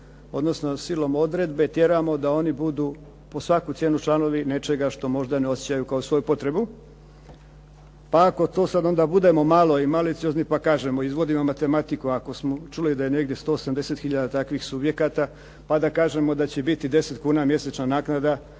odnosno silom odredbe tjeramo da oni budu po svaku cijenu članovi nečega što možda ne osjećaju kao svoju potrebu. Pa ako to sad onda budemo malo i maliciozni pa kažemo izvodimo matematiku ako smo čuli da je negdje 1809 hiljada takvih subjekata pa da kažemo da će biti 10 kuna mjesečna naknada